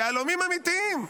יהלומים אמיתיים.